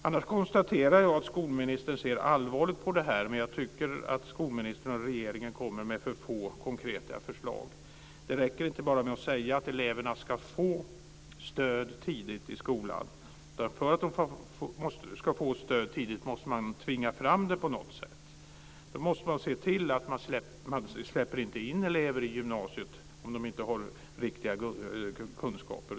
I övrigt konstaterar jag att skolministern ser allvarligt på problemet men tycker att skolministern och regeringen kommer med för få konkreta förslag. Det räcker inte bara att säga att eleverna ska få stöd tidigt i skolan. För att de ska få stöd tidigt måste det tvingas fram på något sätt. Man måste se till att elever inte släpps in på gymnasiet om de inte har riktiga kunskaper.